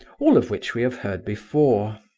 all of which we have heard before.